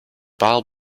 paal